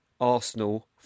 Arsenal